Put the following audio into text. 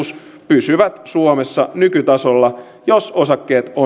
pysyvät suomessa nykytasolla jos osakkeet on